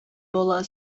бала